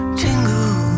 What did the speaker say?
tingle